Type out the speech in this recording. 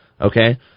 okay